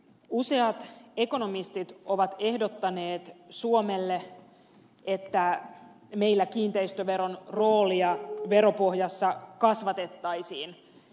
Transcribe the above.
useat ekonomistit ovat ehdottaneet suomelle että meillä kiinteistöveron roolia veropohjassa kasvatettaisiin